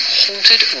haunted